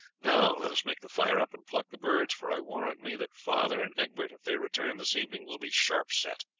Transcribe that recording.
now let us make the fire up and pluck the birds, for i warrant me that father and egbert, if they return this evening, will be sharp-set.